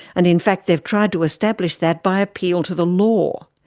and in fact they've tried to establish that by appeal to the law,